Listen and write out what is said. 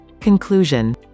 Conclusion